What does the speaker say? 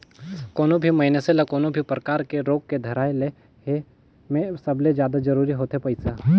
कोनो भी मइनसे ल कोनो भी परकार के रोग के धराए ले हे में सबले जादा जरूरी होथे पइसा